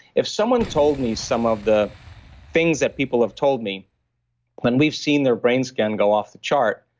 if someone told me some of the things that people have told me when we've seen their brain scan go off the chart,